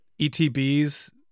ETBs